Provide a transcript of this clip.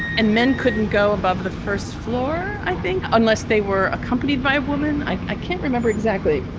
and men couldn't go above the first floor. i think unless they were accompanied by a woman i can't remember exactly.